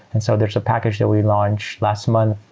and so there's a package that we launched last month,